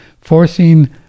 forcing